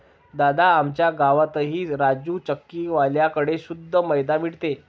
दादा, आमच्या गावातही राजू चक्की वाल्या कड़े शुद्ध मैदा मिळतो